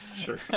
Sure